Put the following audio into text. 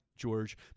George